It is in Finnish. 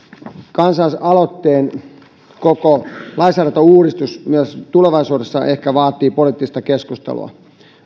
kansalaisaloitteen koko lainsäädäntöuudistus tulevaisuudessa ehkä vaatii poliittista keskustelua